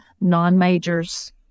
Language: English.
non-majors